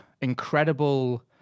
incredible